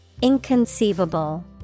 Inconceivable